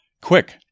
Quick